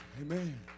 Amen